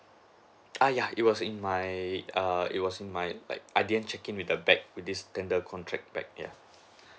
uh ya it was in my err it was in my like I didn't check in with the bag with this tender contract bag ya